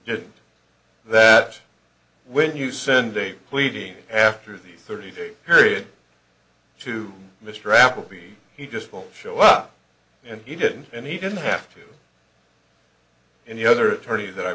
just that when you send a pleading after the thirty day period to mr appleby he just won't show up and you didn't and he didn't have to any other attorney that i